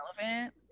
relevant